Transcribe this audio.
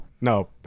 No